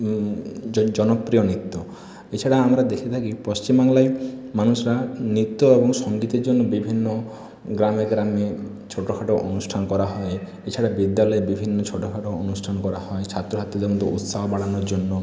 জ জনপ্রিয় নৃত্য এছাড়া আমরা দেখে থাকি পশ্চিমবাংলায় মানুষরা নৃত্য এবং সঙ্গীতের জন্য বিভিন্ন গ্রামে গ্রামে ছোটো খাটো অনুষ্ঠান করা হয় এছাড়া বিদ্যালয়ে বিভিন্ন ছোট খাটো অনুষ্ঠান করা হয় ছাত্রছাত্রীদের মধ্যে উৎসাহ বাড়ানোর জন্য